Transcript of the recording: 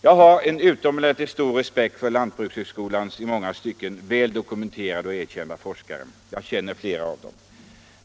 Jag har en utomordentligt stor respekt för lantbrukshögskolans i många stycken välmeriterade och välkända forskare — jag känner flera av dem.